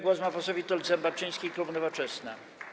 Głos ma poseł Witold Zembaczyński, klub Nowoczesna.